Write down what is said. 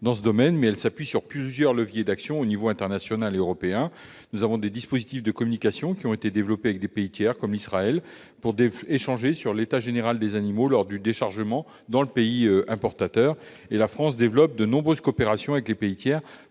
dans ce domaine, mais elles s'appuient sur plusieurs leviers d'action aux niveaux international et européen. Des dispositifs de communication ont été développés avec des pays tiers, comme Israël, pour échanger sur l'état général des animaux lors du déchargement dans le pays importateur. La France développe de nombreuses coopérations avec les pays tiers